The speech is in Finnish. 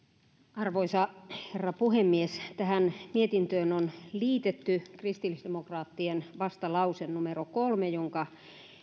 arvoisa herra puhemies tähän mietintöön on liitetty kristillisdemokraattien vastalause numero kolme jonka